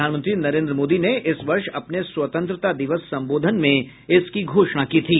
प्रधानमंत्री नरेन्द्र मोदी ने इस वर्ष अपने स्वतंत्रता दिवस संबोधन में इसकी घोषणा की थी